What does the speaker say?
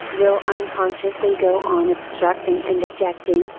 will unconsciously go on obstructing and objecting,